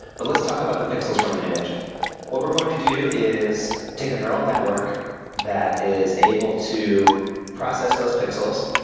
but let's talk about the pixels from an image what we're going to do is take a neural network that is able to process those pixels,